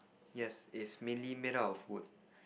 yes is mainly made out of wood